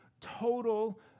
total